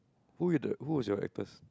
who are the who was your actors